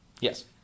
Yes